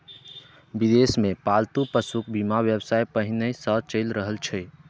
विदेश मे पालतू पशुक बीमा व्यवसाय पहिनहि सं चलि रहल छै